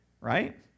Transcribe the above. right